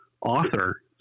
author